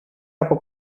από